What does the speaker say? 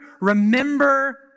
remember